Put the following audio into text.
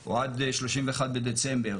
או עד ה-31 בדצמבר,